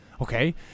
okay